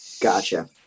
Gotcha